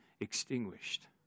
extinguished